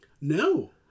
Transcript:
No